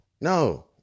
no